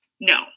No